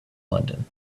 london